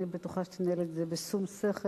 אני בטוחה שתנהל את זה בשום שכל,